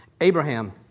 Abraham